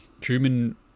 truman